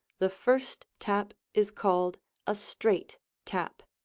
the first tap is called a straight tap.